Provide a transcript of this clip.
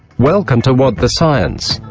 welcome to what the science.